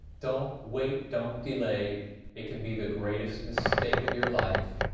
don't wait, don't delay it can be the greatest mistake of your life.